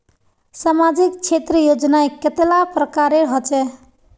सामाजिक क्षेत्र योजनाएँ कतेला प्रकारेर होचे?